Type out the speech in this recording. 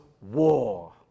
war